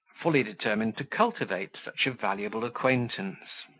fully determined to cultivate such a valuable acquaintance.